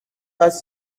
pas